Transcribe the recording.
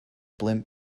blimp